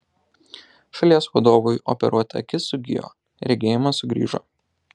šalies vadovui operuota akis sugijo regėjimas sugrįžo